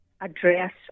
address